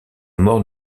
mort